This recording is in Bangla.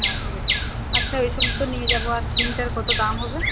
হ্যাঁ ঠিক আছে আচ্ছা ওই সব তো নিয়ে যাবো আর সিমটার কতো দাম হবে